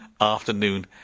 afternoon